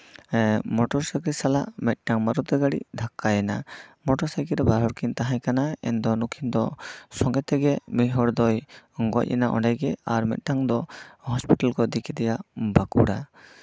motor cycle ᱥᱟᱞᱟᱜ ᱢᱤᱫᱴᱟᱝ ᱢᱟᱨᱩᱛᱤ ᱜᱟᱲᱤ ᱫᱷᱟᱠᱠᱟᱭᱮᱱᱟ ᱢᱚᱴᱚᱨ ᱥᱟᱭᱠᱮᱹᱞ ᱨᱮ ᱵᱟᱨ ᱦᱚᱲ ᱠᱤᱱ ᱛᱟᱦᱮᱸ ᱠᱟᱱᱟ ᱮᱱ ᱫᱚ ᱱᱩᱠᱤᱱ ᱫᱚ ᱥᱚᱸᱜᱮ ᱛᱮᱜᱮ ᱢᱤᱫ ᱦᱚᱲ ᱫᱚᱭ ᱜᱚᱡ ᱮᱱᱟ ᱚᱸᱰᱮᱜᱮ ᱟᱨ ᱢᱤᱫᱴᱟᱝ ᱫᱚ ᱦᱚᱥᱯᱤᱴᱟᱞ ᱠᱚ ᱤᱫᱤ ᱠᱮᱫᱮᱭᱟ ᱵᱟᱸᱠᱩᱲᱟ